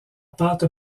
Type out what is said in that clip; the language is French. pâte